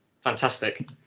Fantastic